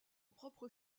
propre